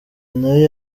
nayo